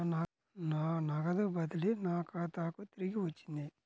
నా నగదు బదిలీ నా ఖాతాకు తిరిగి వచ్చింది